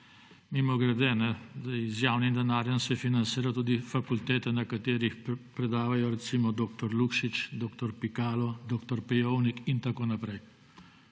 Mimogrede, z javnim denarjem se financirajo tudi fakultete, na katerih predavajo recimo dr. Lukšič, dr. Pikalo, dr. Pejovnik in tako naprej.